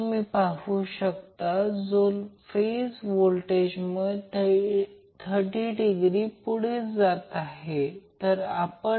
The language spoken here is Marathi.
समजा जर आपण असे बनवले तर हे Van आहे हे Vbn आहेहे Vcn आहे